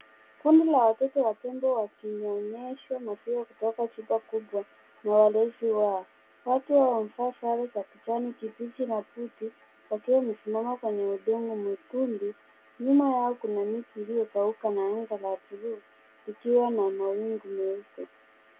Kundi la watoto wa tembo wakinyonyeshwa maziwa kutoka chupa kubwa na walezi wao, watu hao wamevaa sare za kijani kibichi na buti wakiwa wamesimama kwenye udongo mwekundu, nyuma yao kuna miti iliyokauka na anga la bluu likiwa na mawingu meupe.